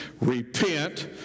Repent